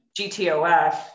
GTOF